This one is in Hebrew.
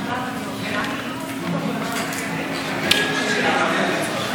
(מרצ): טוב, תודה רבה,